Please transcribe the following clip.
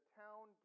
town